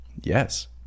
Yes